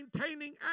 maintaining